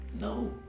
No